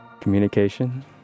Communication